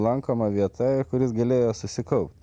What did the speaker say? lankoma vieta kur jis galėjo susikaupt